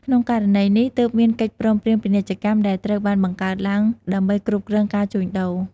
ក្នុងករណីនេះ ទើបមានកិច្ចព្រមព្រៀងពាណិជ្ជកម្ម ដែលត្រូវបានបង្កើតឡើងដើម្បីគ្រប់គ្រងការជួញដូរ។